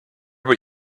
what